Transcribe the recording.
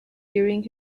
during